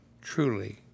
truly